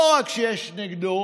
לא רק שיש נגדו